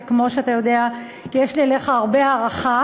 שכמו שאתה יודע יש לי אליך הרבה הערכה,